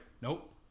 nope